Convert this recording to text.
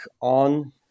on